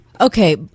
Okay